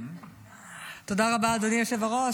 אדוני היושב-ראש.